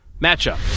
matchup